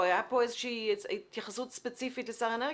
הייתה פה התייחסות ספציפית לשר האנרגיה,